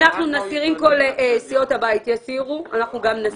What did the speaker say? אם כל סיעות הבית יסירו - גם אנחנו נסיר.